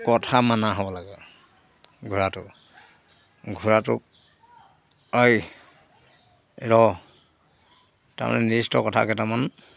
কথা মানা হ'ব লাগে ঘোঁৰাটো ঘোঁৰাটোক অই ৰহ তাৰমানে নিৰ্দিষ্ট কথা কেইটামান